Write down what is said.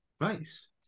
Nice